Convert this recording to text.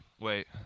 wait